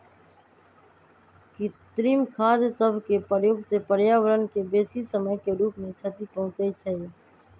कृत्रिम खाद सभके प्रयोग से पर्यावरण के बेशी समय के रूप से क्षति पहुंचइ छइ